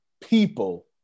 people